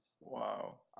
Wow